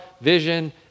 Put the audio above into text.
vision